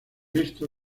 esto